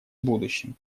будущем